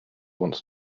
wants